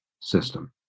system